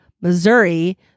Missouri